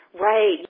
Right